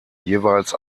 jeweils